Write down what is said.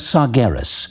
Sargeras